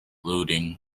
looting